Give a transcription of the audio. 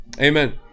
Amen